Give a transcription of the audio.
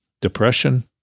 Depression